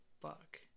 Fuck